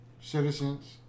citizens